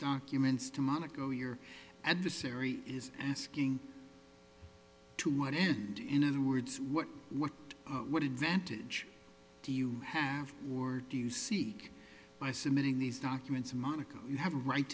documents to monaco your adversary is asking to what end in other words what what what advantage do you have or do you seek by submitting these documents monica you have a right